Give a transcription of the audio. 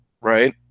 right